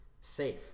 safe